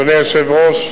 אדוני היושב-ראש,